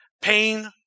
Pain